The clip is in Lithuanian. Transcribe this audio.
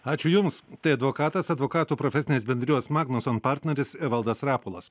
ačiū jums tai advokatas advokatų profesinės bendrijos magnus and partneris evaldas rapolas